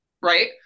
right